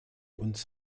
uns